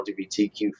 LGBTQ